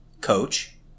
coach